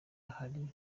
ahari